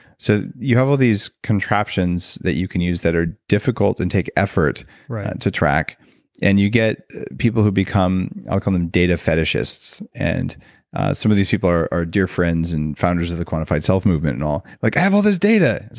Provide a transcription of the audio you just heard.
so you have all these contraptions that you can use that are difficult and take effort to track and you get people who become, i ah call them data fetishists, and some of these people are are dear friends and founders of the quantified self movement and all like, i have all this data. it